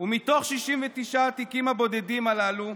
מתוך 69 התיקים הבודדים הללו,